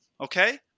okay